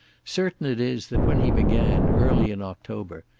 certain it is that when he began, early in october,